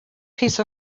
piece